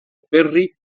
perry